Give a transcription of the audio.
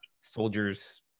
soldier's